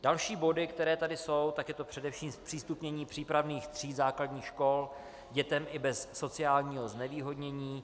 Další body, které tu jsou, tak je to především zpřístupnění přípravných tříd základních škol dětem i bez sociálního znevýhodnění.